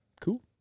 cool